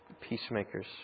Peacemakers